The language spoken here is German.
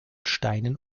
steinen